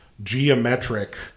geometric